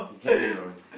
cannot be a towel